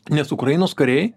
nes ukrainos kariai